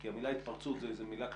כי המילה התפרצות היא מילה כללית.